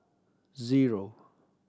zero